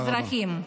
האזרחים.